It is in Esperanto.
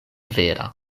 vera